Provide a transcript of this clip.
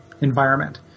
environment